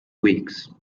weeks